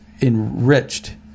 enriched